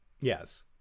Yes